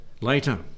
later